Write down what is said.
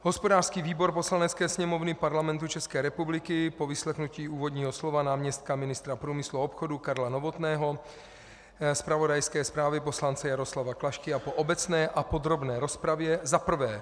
Hospodářský výbor Poslanecké sněmovny Parlamentu České republiky po vyslechnutí úvodního slova náměstka ministra průmyslu a obchodu Karla Novotného, zpravodajské zprávě poslance Jaroslava Klašky a po obecné a podrobné rozpravě